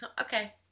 okay